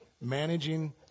managing